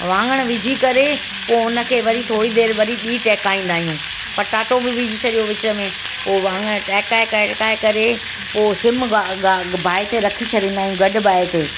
वांगण विझी करे पो हुन खे वरी थोरी देरि वरी ॿी टहिकाईंदा आहियूं पटाटो बि विझी छॾयो विच में पोइ वांगण टहिकाए करे पोइ सिम बाहि ते रखी छॾींदा आहियूं घटि बाहि ते